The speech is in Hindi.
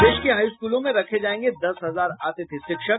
प्रदेश के हाई स्कूलों में रखे जायेंगे दस हजार अतिथि शिक्षक